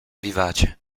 vivace